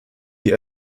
die